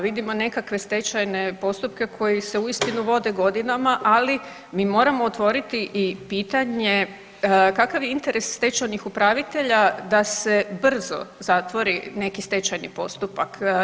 Vidimo nekakve stečajne postupke koji se uistinu vode godinama, ali mi moramo otvoriti i pitanje kakav je interes stečajnih upravitelja da se brzo zatvori neke stečajni postupak.